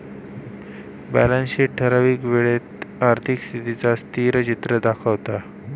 balance sheet ठरावीक वेळेत आर्थिक स्थितीचा स्थिरचित्र दाखवता